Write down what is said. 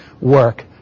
work